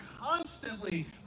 constantly